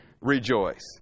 rejoice